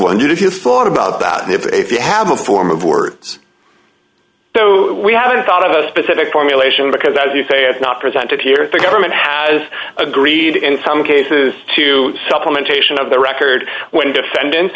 wondered if you thought about that if you have a form of words we haven't thought of a specific formulation because as you say it's not presented here the government has agreed in some cases to supplementation of the record when defendants